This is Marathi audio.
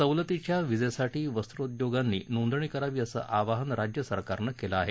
सवलतीच्या विजेसाठी वस्त्रोद्योगांनी नोंदणी करावी असं आवाहन राज्य सरकारनं केलं आहे